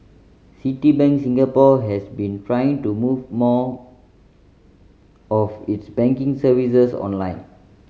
Citibank Singapore has been trying to move more of its banking services online